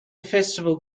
festival